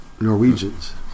Norwegians